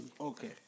Okay